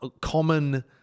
common